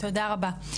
תודה רבה.